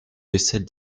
vaisselle